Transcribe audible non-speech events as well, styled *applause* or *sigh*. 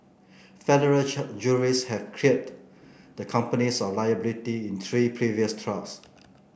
federal *unintelligible* juries have cleared the companies of liability in three previous trials